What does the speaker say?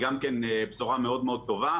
היא גם כן בשורה מאוד מאוד טובה.